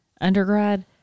undergrad